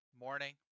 Morning